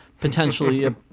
potentially